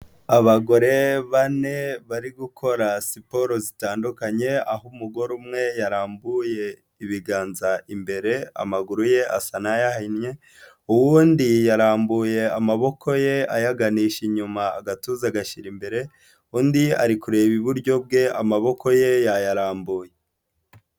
Abagore bane bari gukora siporo zitandukanye aho umugore umwe yarambuye ibiganza imbere, amaguru ye asa n'ayahinnye, uwundi yarambuye amaboko ye ayaganisha inyuma, agatuza agashyira imbere, undi ari kureba iburyo bwe amaboko ye yayarambuye.